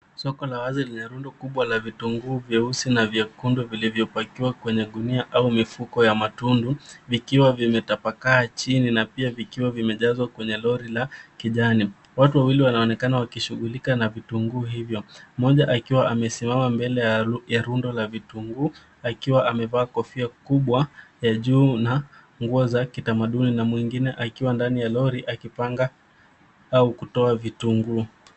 Kuna rundo kubwa la vitunguu vyeusi na vya rangi ya nyekundu vikiwa vimehifadhiwa kwenye magunia au mifuko ya matundu. Baadhi ya vitunguu vimetapakaa chini, vingine vimejazwa ndani ya lori.